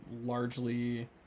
largely